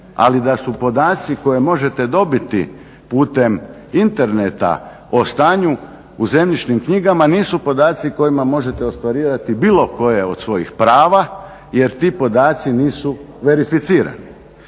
ali da su podaci koje možete dobiti putem interneta o stanju u zemljišnim knjigama nisu podaci kojima možete ostvarivati bilo koje od svojih prava jer ti podaci nisu verificirani.